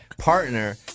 partner